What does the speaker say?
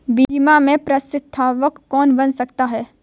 बीमा में प्रस्तावक कौन बन सकता है?